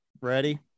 Ready